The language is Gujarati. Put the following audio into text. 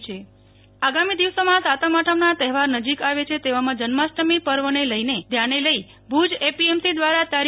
નેહલ ઠક્કર ભુજ માર્કેટ યાર્ડ આગામી દિવસોમાં સાતમ આઠમના તહેવાર નજીક આવે છે તેવામાં જન્માષ્ટમી પર્વને ધ્યાને લઈ ભુજ એપીએમસી દ્વારા તા